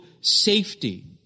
safety